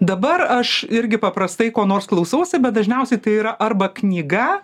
dabar aš irgi paprastai ko nors klausausi bet dažniausiai tai yra arba knyga